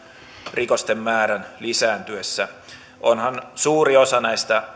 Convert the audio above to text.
rikosten määrän lisääntyessä onhan suuri osa näistä